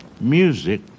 music